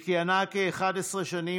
היא כיהנה כ-11 שנים